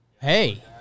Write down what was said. Hey